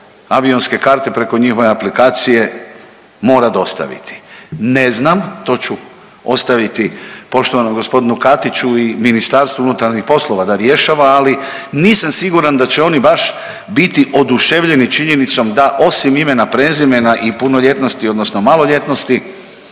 avionske karte preko njihove aplikacije mora dostaviti. Ne znam, to ću ostaviti poštovanom gospodinu Katiću i Ministarstvu unutarnjih poslova da rješava, ali nisam siguran da će oni baš biti oduševljeni činjenicom da osim imena, prezimena i punoljetnosti, odnosno maloljetnosti